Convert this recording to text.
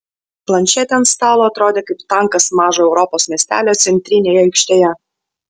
planšetė ant stalo atrodė kaip tankas mažo europos miestelio centrinėje aikštėje